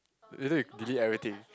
later we delete everything